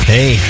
Hey